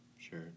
sure